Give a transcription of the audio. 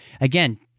again